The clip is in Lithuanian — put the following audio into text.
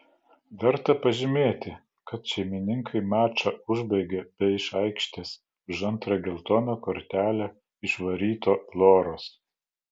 verta pažymėti kad šeimininkai mačą užbaigė be iš aikštės už antrą geltoną kortelę išvaryto loros